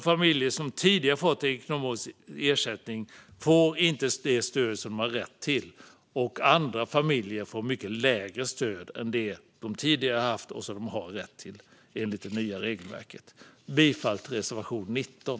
Familjer som tidigare fått ekonomisk ersättning får inte det stöd som de har rätt till, och andra familjer får ett mycket lägre stöd än det som de tidigare haft och som de har rätt till, enligt det nya regelverket. Jag yrkar bifall till reservation 19.